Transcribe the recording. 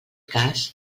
cas